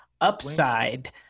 upside